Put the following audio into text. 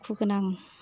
दुखु गोनां